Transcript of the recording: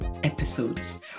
episodes